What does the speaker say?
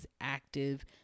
active